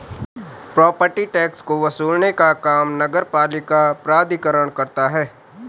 property tax को वसूलने का काम नगरपालिका प्राधिकरण करता है